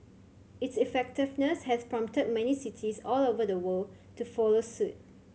its effectiveness has prompted many cities all over the world to follow suit